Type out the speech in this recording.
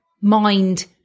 mind